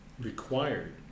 required